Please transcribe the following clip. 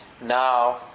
Now